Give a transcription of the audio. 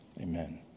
Amen